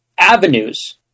Avenues